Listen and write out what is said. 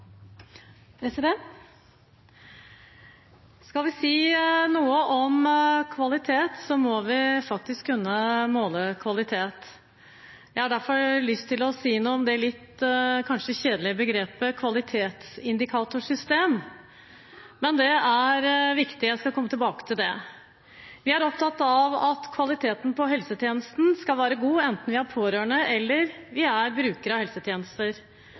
Skal vi si noe om kvalitet, må vi faktisk kunne måle kvalitet. Jeg har derfor lyst til å si noe om det kanskje litt kjedelige begrepet «kvalitetsindikatorsystem», men det er viktig – jeg skal komme tilbake til det. Vi er opptatt av at kvaliteten på helsetjenestene skal være god enten vi er pårørende eller vi er brukere av helsetjenester,